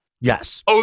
Yes